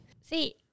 See